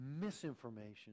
misinformation